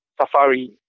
safari